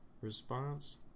response